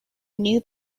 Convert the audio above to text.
new